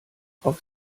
auf